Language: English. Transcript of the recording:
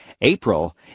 April